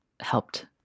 helped